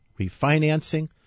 refinancing